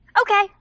Okay